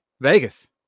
Vegas